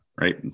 Right